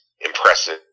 Impressive